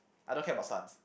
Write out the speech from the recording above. I don't care about sons